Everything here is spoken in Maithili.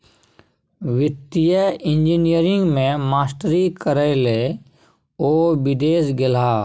वित्तीय इंजीनियरिंग मे मास्टरी करय लए ओ विदेश गेलाह